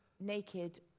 naked